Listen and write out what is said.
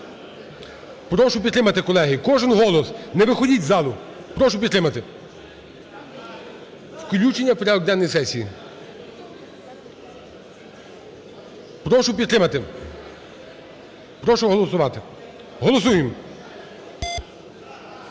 Прошу підтримати, колеги, кожен голос. Не виходьте з залу. Прошу підтримати. Включення в порядок денний сесії. Прошу підтримати. Прошу голосувати. Голосуємо.